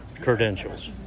credentials